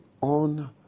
on